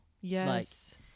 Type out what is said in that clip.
Yes